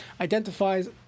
identifies